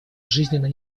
жизненно